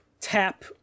tap